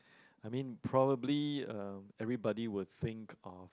I mean probably um everybody will think of